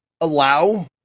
allow